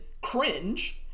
cringe